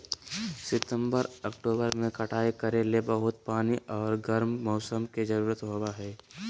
सितंबर, अक्टूबर में कटाई करे ले बहुत पानी आर गर्म मौसम के जरुरत होबय हइ